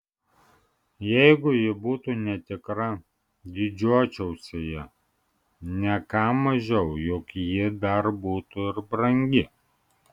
jeigu ji būtų netikra didžiuočiausi ja ne ką mažiau juk ji dar būtų ir brangi